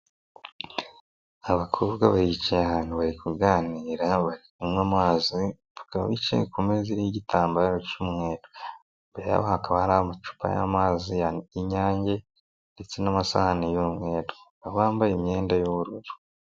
Abakobwa baricaye ahantu bari kuganira bari kunywa amazi, bakaba bicaye ku meza iiriho igitambaro cy'umweru, imbere yabo hakaba hari amacupa y'amazi y'inyange ndetse n'amasahani y'umweru, bakaba bambaye imyenda y'ubururu.